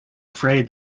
afraid